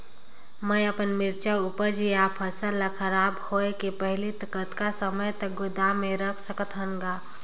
मैं अपन मिरचा ऊपज या फसल ला खराब होय के पहेली कतका समय तक गोदाम म रख सकथ हान ग?